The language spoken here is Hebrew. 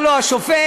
עורך-הדין: